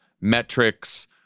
metrics